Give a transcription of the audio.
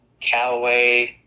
Callaway